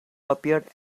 appeared